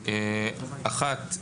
האחת,